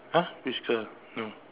!huh! which girl no